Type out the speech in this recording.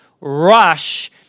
rush